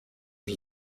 już